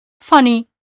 funny